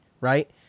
right